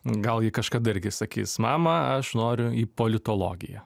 gal ji kažkada irgi sakys mama aš noriu į politologiją